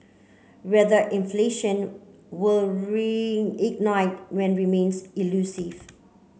whether inflation will reignite when remains elusive